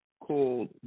called